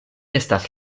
estas